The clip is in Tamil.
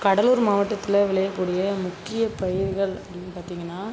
கடலூர் மாவட்டத்தில் விளையக்கூடிய முக்கியப் பயிர்கள் அப்படின்னு பார்த்தீங்கன்னா